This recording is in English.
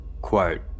Quote